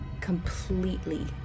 completely